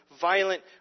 violent